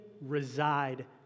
reside